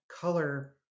color